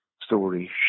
story